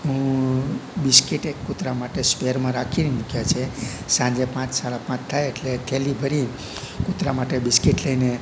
હું બિસ્કિટ એક કુતરા માટે સ્પેરમાં રાખીને મૂક્યા છે સાંજે સાડા પાંચ થાય એટલે થેલી ભરી કુતરા માટે બિસ્કિટ લઈને